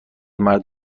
مرد